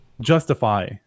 justify